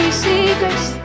secrets